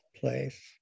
place